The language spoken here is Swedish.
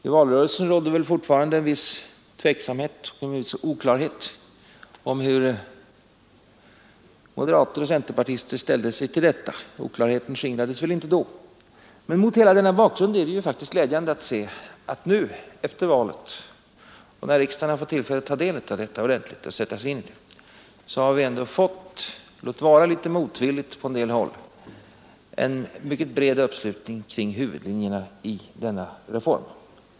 I valrörelsen rådde fortfarande en viss tveksamhet och oklarhet om hur moderater och centerpartister ställde sig till förslaget, och oklarheten skingrades inte då. Mot hela denna bakgrund är det glädjande att se att vi nu, efter valet — när riksdagen har fått tillfälle att ta del av förslaget och sätta sig in i det ordentligt — har fått en bred uppslutning, låt vara litet motvilligt på en del håll, kring huvudlinjerna i denna reform.